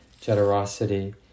generosity